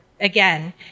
again